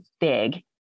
big